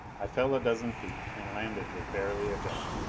i fell a dozen feet and landed with barely a jar.